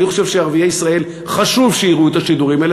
אני חושב שחשוב שערביי ישראל יראו את השידורים האלה,